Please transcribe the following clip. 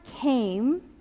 came